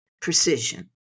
precision